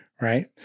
Right